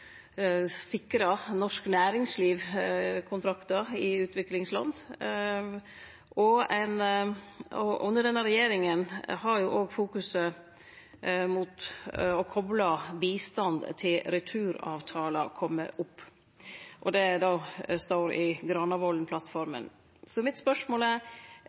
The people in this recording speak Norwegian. norsk næringsliv kontraktar i utviklingsland, og under denne regjeringa har fokuset mot å kople bistand til returavtalar kome opp. Det står i Granavolden-plattforma. Spørsmålet mitt er: Korleis vil Kristeleg Folkeparti-ministeren sikre at det framleis er